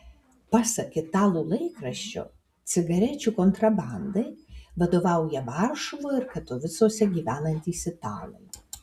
pasak italų laikraščio cigarečių kontrabandai vadovauja varšuvoje ir katovicuose gyvenantys italai